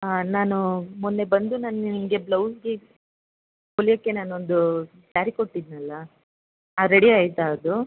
ಹಾಂ ನಾನು ಮೊನ್ನೆ ಬಂದು ನಾನು ನಿಮಗೆ ಬ್ಲೌಸ್ಗೆ ಹೊಲಿಯೋಕ್ಕೆ ನಾನೊಂದು ಸ್ಯಾರಿ ಕೊಟ್ಟಿದ್ದೆನಲ್ಲ ರೆಡಿ ಆಯ್ತಾ ಅದು